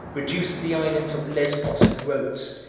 reduced the islands of lesbos and rhodes,